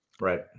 right